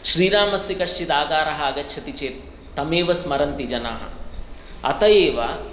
श्रीरामस्य कश्चित् आकारः आगच्छति चेत् तमेव स्मरन्ति जनाः अत एव